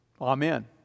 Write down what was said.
Amen